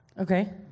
Okay